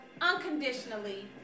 unconditionally